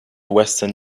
western